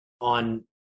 on